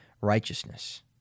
righteousness